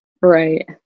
Right